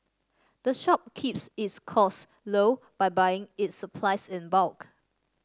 the shop keeps its costs low by buying its supplies in bulk